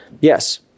Yes